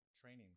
training